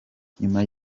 nyuma